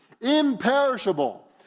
Imperishable